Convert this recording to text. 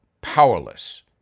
powerless